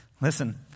Listen